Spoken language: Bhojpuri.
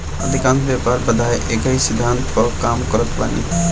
अधिकांश व्यापार बाधाएँ एकही सिद्धांत पअ काम करत बानी